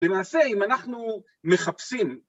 למעשה אם אנחנו מחפשים